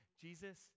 Jesus